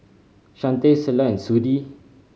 Chantel Selah Sudie